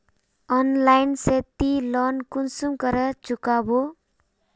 Online से ती loan कुंसम करे चुकाबो?